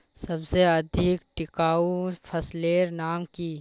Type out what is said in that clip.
सबसे अधिक टिकाऊ फसलेर नाम की?